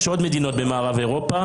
יש עוד מדינות במערב אירופה,